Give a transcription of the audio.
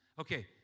Okay